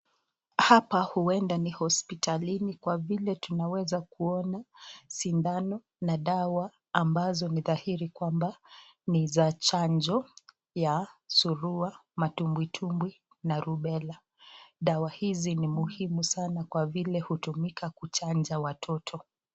Hapa huenda ni hosipitalini kwa vile tunaweza kuona sindano na dawa ambazo ni dhahiri kwamba ni za chanjo ya surua, matumbwi tumbwi na Rubella. Dawa hizi ni muhimu sanaa kwa vile hutumika kuchanja watoto.